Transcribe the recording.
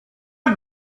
her